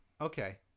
Okay